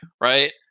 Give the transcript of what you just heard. right